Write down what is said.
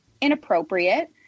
inappropriate